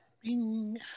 Bing